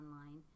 online